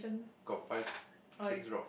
got five six rock